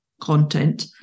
content